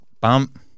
bump